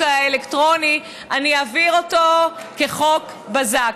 האלקטרוני: אני אעביר אותו כחוק בזק.